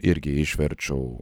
irgi išverčiau